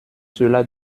cela